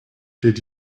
did